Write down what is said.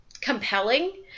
compelling